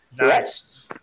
Yes